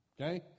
okay